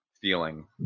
feeling